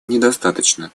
недостаточно